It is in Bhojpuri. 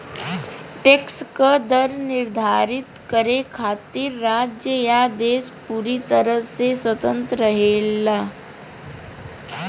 टैक्स क दर निर्धारित करे खातिर राज्य या देश पूरी तरह से स्वतंत्र रहेला